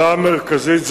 השאלה המרכזית,